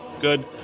Good